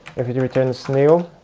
if it returns nil,